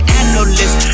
analyst